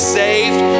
saved